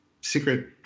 secret